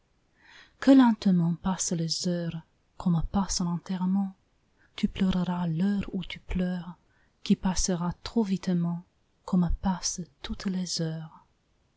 que lentement passent les heures comme passe un enterrement tu pleureras l'heure où tu pleures qui passera trop vitement comme passent toutes les heures